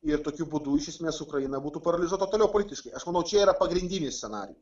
ir tokiu būdu iš esmės ukraina būtų paralyžiuota politiškai aš manau čia yra pagrindinis scenarijus